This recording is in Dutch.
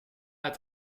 het